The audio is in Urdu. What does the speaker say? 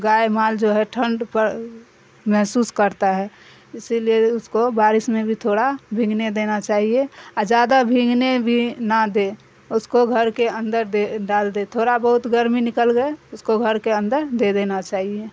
گائے مال جو ہے ٹھنڈ پر محسوس کرتا ہے اسی لیے اس کو بارش میں بھی تھوڑا بھیھنگنے دینا چاہیے اور زیادہ بھنگنے بھی نہ دے اس کو گھر کے اندرے ڈال دے تھوڑا بہت گرمی نکل گئے اس کو گھر کے اندر دے دینا چاہیے